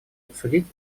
обсудить